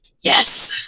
Yes